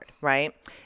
right